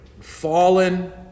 fallen